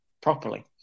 properly